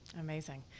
Amazing